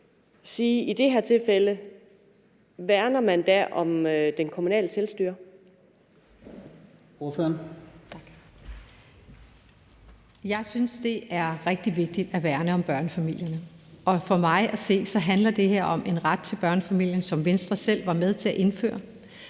Ordføreren. Kl. 10:52 Birgitte Bergman (KF): Jeg synes, det er rigtig vigtigt at værne om børnefamilierne og for mig at se handler det her om en ret til børnefamilien, som Venstre selv var med til at indføre.